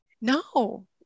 No